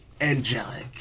angelic